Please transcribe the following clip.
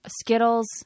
Skittles